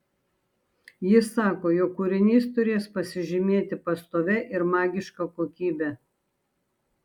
jis sako jog kūrinys turės pasižymėti pastovia ir magiška kokybe